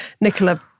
Nicola